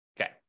Okay